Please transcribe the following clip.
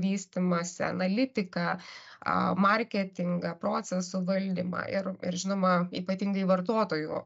vystymąsi analitiką marketingą procesų valdymą ir ir žinoma ypatingai vartotojų